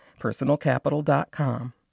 PersonalCapital.com